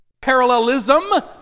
parallelism